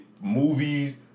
movies